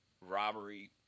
robbery